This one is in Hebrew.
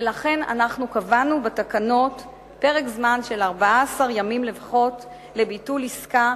ולכן אנחנו קבענו בתקנות פרק זמן של 14 ימים לביטול עסקה,